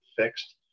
fixed